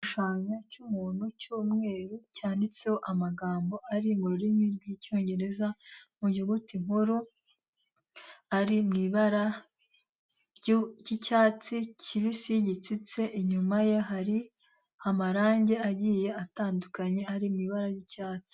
Igishushanyo cy'umuntu, cy'umweru, cyanditseho amagambo ari mu rurimi rw'icyongereza mu nyuguti nkuru, ari mu ibara ry'icyatsi kibisi gitsitse, inyuma ye hari amarangi agiye atandukanye, ari mu ibara ry'icyatsi.